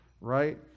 right